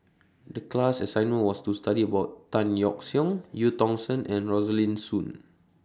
The class assignment was to study about Tan Yeok Seong EU Tong Sen and Rosaline Soon